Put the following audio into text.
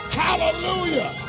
hallelujah